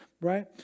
right